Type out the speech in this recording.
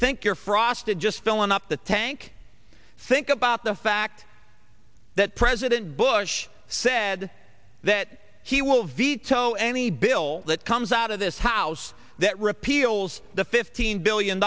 think you're frosted just filling up the tank think about the fact that president bush said that he will veto any bill that comes out of this house that repeals the fifteen billion